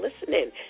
listening